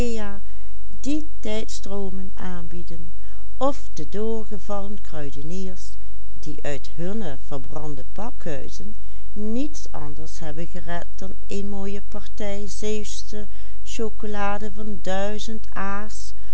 niets anders hebben gered dan een mooie partij zeeuwsche chocolade van duizend a's